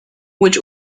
which